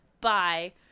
Bye